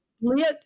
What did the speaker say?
split